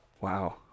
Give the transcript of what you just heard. Wow